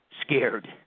scared